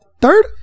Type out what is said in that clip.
Third